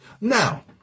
Now